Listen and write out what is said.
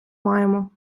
маємо